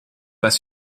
pas